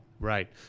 Right